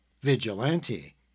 Vigilante